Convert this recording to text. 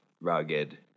rugged